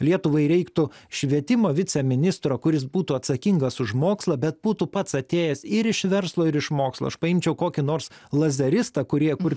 lietuvai reiktų švietimo viceministro kuris būtų atsakingas už mokslą bet būtų pats atėjęs ir iš verslo ir iš mokslo aš paimčiau kokį nors lazeristą kurie kur